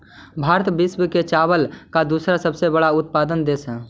भारत विश्व में चावल का दूसरा सबसे बड़ा उत्पादक देश हई